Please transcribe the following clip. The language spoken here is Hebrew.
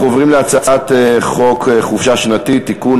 אנחנו עוברים להצעת חוק חופשה שנתית (תיקון,